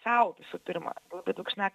sau visų pirma labai daug šneka